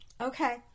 okay